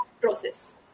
process